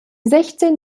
sechzehn